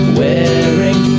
wearing